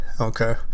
Okay